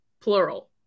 Plural